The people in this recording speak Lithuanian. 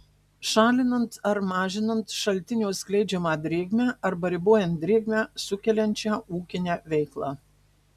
šalinant ar mažinant šaltinio skleidžiamą drėgmę arba ribojant drėgmę sukeliančią ūkinę veiklą